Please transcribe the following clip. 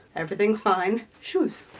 everything's fine. shoes.